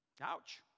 Ouch